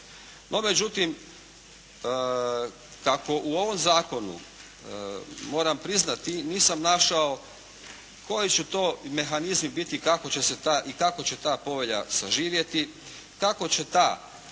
No, međutim, kako u ovom zakonu moram priznati nisam našao koji će to mehanizmi biti kako će se ta i kako će ta povelja